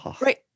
right